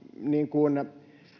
niin kuin